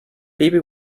baby